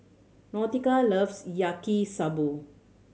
Nautica loves Yaki Soba